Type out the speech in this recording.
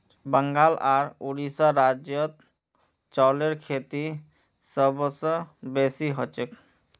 बंगाल आर उड़ीसा राज्यत चावलेर खेती सबस बेसी हछेक